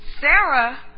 Sarah